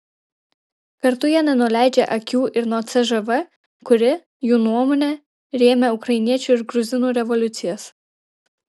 kartu jie nenuleidžia akių ir nuo cžv kuri jų nuomone rėmė ukrainiečių ir gruzinų revoliucijas